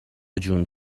جون